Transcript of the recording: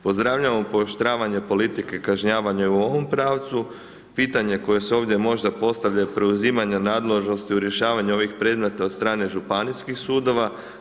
Pozdravljamo pooštravanje politike kažnjavanja u ovom pravcu, pitanja koja su možda ovdje postavljaju je preuzimanja u nadležnosti u rješavanju ovih predmeta od strane županijskih sudova.